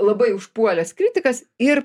labai užpuolęs kritikas ir